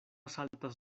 saltas